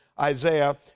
Isaiah